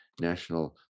National